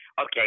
Okay